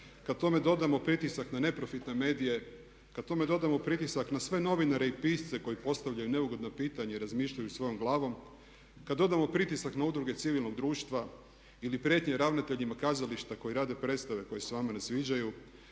kada tome dodamo pritisak na neprofitne medije, kada tome dodamo pritisak na sve novinare i pisce koji postavljaju neugodna pitanja i razmišljaju svojom glavom, kada dodamo pritisak na udruge civilnog društva ili prijetnje ravnateljima kazališta koji rade predstave koje se vama ne sviđaju,